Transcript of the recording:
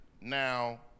now